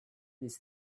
this